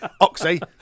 Oxy